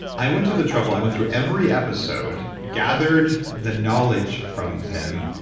i went to the trouble, i went through every episode, gathered the knowledge from them,